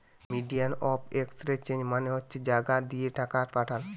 medium of exchange মানে যেই জাগা দিয়ে টাকা পাঠায়